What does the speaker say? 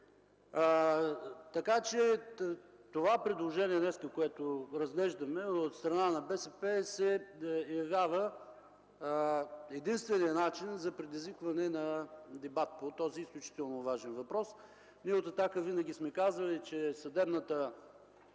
извинение. Предложението, което днес разглеждаме, от страна на БСП, се явява единственият начин за предизвикване на дебат по този изключително важен въпрос. Ние от „Атака” винаги сме казвали, че съдебната